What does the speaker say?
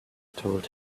told